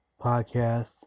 podcast